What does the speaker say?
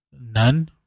None